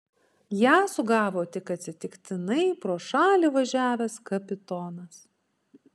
ją sugavo tik atsitiktinai pro šalį važiavęs kapitonas